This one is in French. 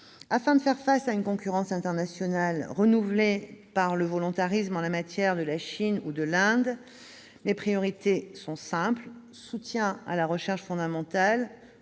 Afin de faire face à une concurrence internationale renouvelée par le volontarisme, en la matière, de la Chine ou de l'Inde, mes priorités sont simples : soutien à la recherche fondamentale,